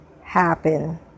happen